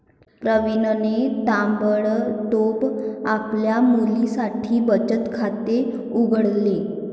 प्रवीणने ताबडतोब आपल्या मुलीसाठी बचत खाते उघडले